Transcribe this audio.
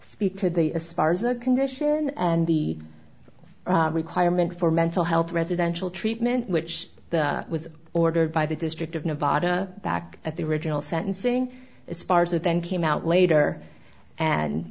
speak to the spars a condition and the requirement for mental health residential treatment which was ordered by the district of nevada back at the original sentencing spars it then came out later and